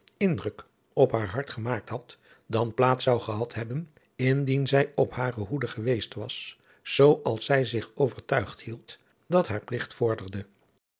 indruk op haar hart gemaakt had dan plaats zou gehad hebben indien zij op hare hoede geweest was zoo als zij zich overtuigd hield dat haar pligt vorderde